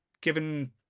given